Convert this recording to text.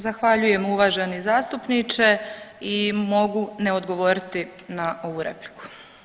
Zahvaljujem uvaženi zastupniče i mogu ne odgovoriti na ovu repliku.